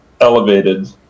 elevated